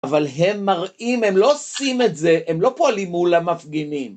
אבל הם מראים, הם לא עושים את זה, הם לא פועלים מול המפגינים.